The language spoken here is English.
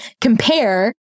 compare